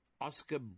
Oscar